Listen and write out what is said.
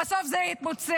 ובסוף זה יתפוצץ.